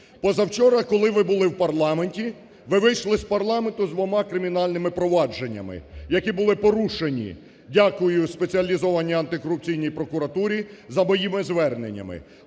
Позавчора, коли ви були в парламенті, ви вийшли з парламенту з двома кримінальними провадженнями, які були порушені - дякую Спеціалізованій антикорупційній прокуратурі, - за моїми зверненнями.